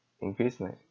increase my